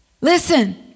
Listen